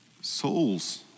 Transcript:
souls